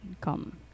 come